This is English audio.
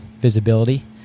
visibility